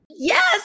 Yes